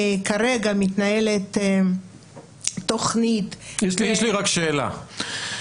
כרגע מתנהלת תכנית --- יש לי רק שאלה.